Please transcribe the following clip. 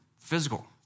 physical